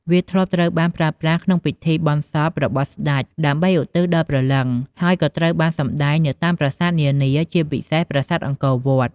វាធ្លាប់ត្រូវបានប្រើប្រាស់ក្នុងពិធីបុណ្យសពរបស់ស្ដេច ដើម្បីឧទ្ទិសដល់ព្រលឹង ហើយក៏ត្រូវបានសម្ដែងនៅតាមប្រាសាទនានា ជាពិសេសប្រាសាទអង្គរវត្ត។